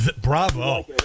Bravo